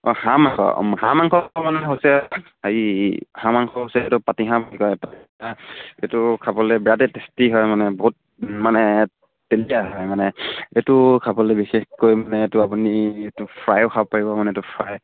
অঁ হাঁহ মাংস হাঁহ মাংস মানে হৈছে হেৰি হাঁহ মাংস হৈছে এইটো পাতিহাঁহ বুলি কয় হা এইটো খাবলৈ বিৰাটেই টেষ্টি হয় মানে বহুত মানে তেলিয়া হয় মানে এইটো খাবলৈ বিশেষকৈ মানে এইটো আপুনিটো ফ্ৰায়ো খাব পাৰিব মানে এইটো ফ্ৰাই